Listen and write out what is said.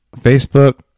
Facebook